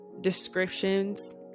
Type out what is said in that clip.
descriptions